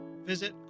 Visit